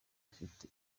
afite